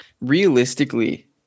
realistically